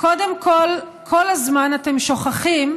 קודם כול, כל הזמן אתם שוכחים,